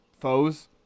foes